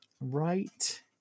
right